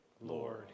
Lord